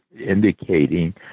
indicating